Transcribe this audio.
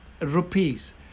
rupees